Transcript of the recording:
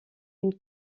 une